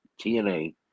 TNA